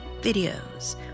videos